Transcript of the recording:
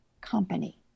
company